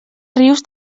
rius